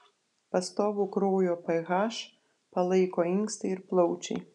pastovų kraujo ph palaiko inkstai ir plaučiai